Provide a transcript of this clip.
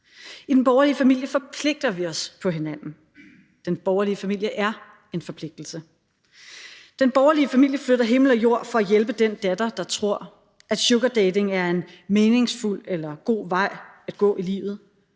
I den borgerlige familie forpligter vi os på hinanden. Den borgerlige familie er en forpligtelse. Den borgerlige familie flytter himmel og jord for at hjælpe den datter, der tror, at sugardating er en meningsfuld eller god vej at gå i livet,